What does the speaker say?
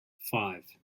five